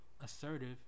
assertive